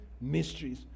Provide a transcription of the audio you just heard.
mysteries